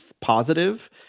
positive